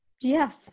Yes